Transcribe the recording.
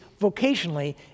vocationally